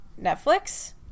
Netflix